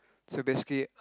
so basically